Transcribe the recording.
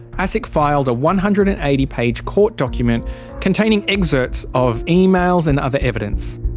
asic filed a one hundred and eighty page court document containing excerpts of emails and other evidence.